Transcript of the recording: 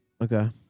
Okay